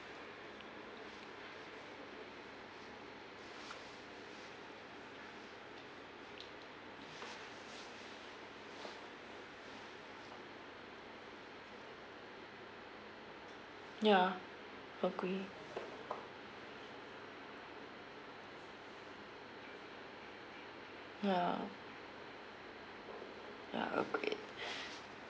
ya agree ya ya agree